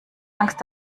angst